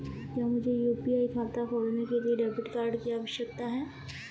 क्या मुझे यू.पी.आई खाता खोलने के लिए डेबिट कार्ड की आवश्यकता है?